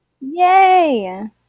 Yay